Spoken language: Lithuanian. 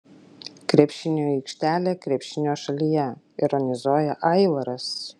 krepšinio aikštelė krepšinio šalyje ironizuoja aivaras